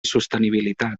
sostenibilitat